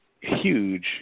huge